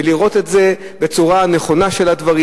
ולראות את זה בצורה הנכונה של הדברים.